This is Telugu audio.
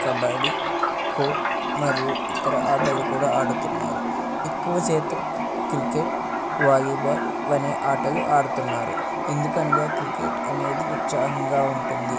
కబడ్డీ ఖోఖో మరియు ఇతర ఆటలు కూడా ఆడుతున్నారు ఎక్కువ శాతం క్రికెట్ వాలీబాల్ అనే ఆటలు ఆడుతున్నారు ఎందుకనగా క్రికెట్ అనేది ఉత్సాహంగా ఉంటుంది